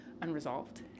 unresolved